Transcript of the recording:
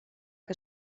que